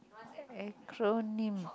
acronym